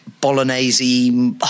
bolognese